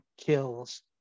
kills